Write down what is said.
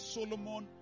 Solomon